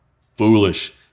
Foolish